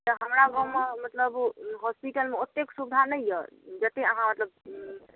तऽ हमरा गाँवमे मतलब हॉस्पिटलमे ओतेक सुविधा नहि यऽ जतेक अहाँ मतलब